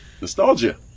Nostalgia